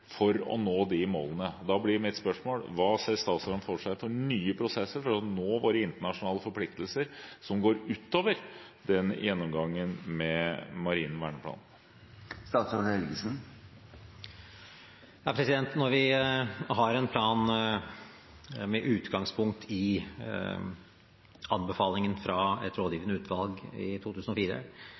for å nå de målene. Da blir mitt spørsmål: Hva ser statsråden for seg av nye prosesser for å nå våre internasjonale forpliktelser – prosesser som går utover gjennomgangen av den marine verneplanen? Når vi har en plan med utgangspunkt i anbefalingen fra et rådgivende utvalg i 2004,